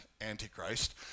anti-Christ